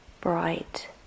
bright